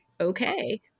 okay